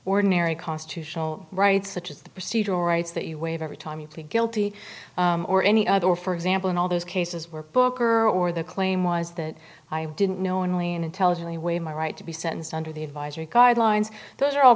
ordinary constitutional rights such as the procedural rights that you waive every time you plead guilty or any other for example in all those cases where booker or the claim was that i didn't knowingly and intelligently away my right to be sentenced under the advisory guidelines those are all